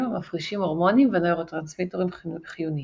המפרישים הורמונים ונוירוטרנסמיטרים חיוניים.